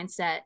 mindset